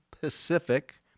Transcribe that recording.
Pacific